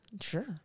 Sure